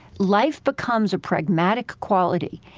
life becomes a pragmatic quality.